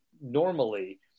normally